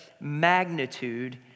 magnitude